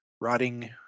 rotting